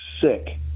sick